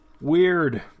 Weird